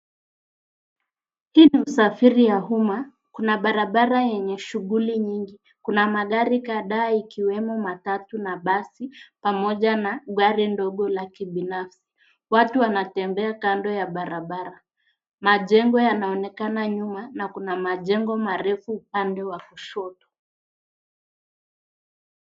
Hii ni usafiri ya umma. Kuna barabara yenye shughuli nyingi. Kuna magari kadhaa ikiwemo matatu na basi pamoja na gari ndogo la kibinafsi. Watu wanatembea kando ya barabara. Majengo yanaonekana nyuma na kuna majengo marefu upande wa kushoto.